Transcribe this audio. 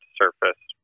surface